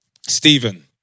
Stephen